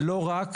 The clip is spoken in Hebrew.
ולא רק